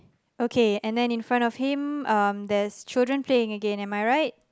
okay and then in front of him um there's children playing again am I right